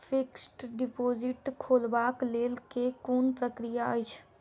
Fixed deposit खोलबाक लेल केँ कुन प्रक्रिया अछि?